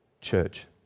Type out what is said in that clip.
church